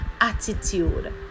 attitude